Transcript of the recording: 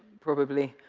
probably.